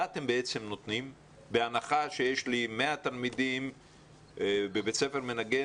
מה אתם בעצם נותנים בהנחה שיש לי 100 תלמידים בבית ספר מנגן,